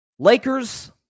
Lakers